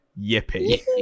yippee